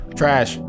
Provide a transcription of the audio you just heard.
trash